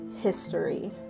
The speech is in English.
history